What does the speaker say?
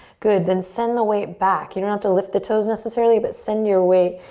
good, then send the weight back. you don't have to lift the toes necessarily, but send your weight